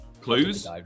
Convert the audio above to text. Clues